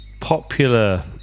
popular